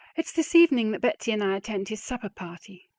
it's this evening that betsy and i attend his supper party,